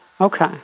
Okay